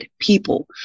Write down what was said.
people